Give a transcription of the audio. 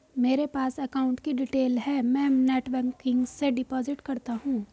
मेरे पास अकाउंट की डिटेल है मैं नेटबैंकिंग से डिपॉजिट करता हूं